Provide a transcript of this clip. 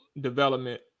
development